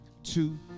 two